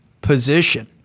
position